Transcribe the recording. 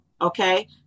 Okay